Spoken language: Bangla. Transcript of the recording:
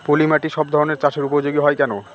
পলিমাটি সব ধরনের চাষের উপযোগী হয় কেন?